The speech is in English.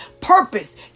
purpose